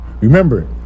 Remember